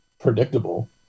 predictable